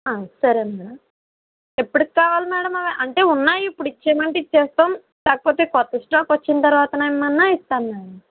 సరే మేడం ఎప్పడికి కావాలి మేడం అవి అంటే ఉన్నాయి ఇప్పుడు ఇచ్చెయ్యమంటే ఇచ్చేస్తాము లేకపోతే కొత్త స్టాక్ వచ్చిన తరువాతనైనా ఇస్తాము మేము